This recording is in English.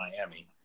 Miami